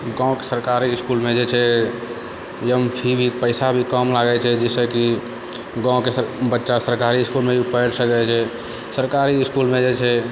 गाँवके सरकारी इसकुलमे जे छै फी भी पैसा भी कम लागै छै जाहिसँकि गाँवके बच्चा सरकारी इसकुलमे भी पढ़ि सकै छै सरकारी इसकुलमे जे छै